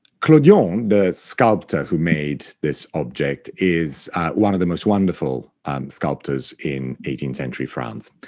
clodion, the sculptor who made this object, is one of the most wonderful sculptors in eighteenth-century france.